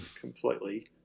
completely